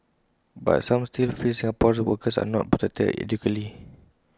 but some still feel Singaporeans workers are not protected adequately